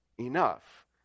enough